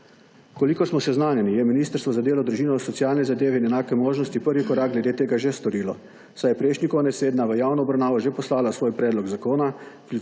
Kolikor smo seznanjeni, je Ministrstvo za delo, družino, socialne zadeve in enake možnosti prvi korak glede tega že storilo, saj je prejšnji konec tedna v javno obravnavo že poslala svoj predlog zakona,